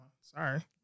Sorry